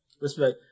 Respect